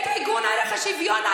את עיגון ערך השוויון.